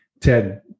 Ted